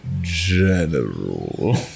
general